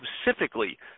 specifically